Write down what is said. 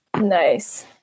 Nice